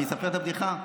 אני אספר את הבדיחה?